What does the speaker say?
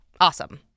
awesome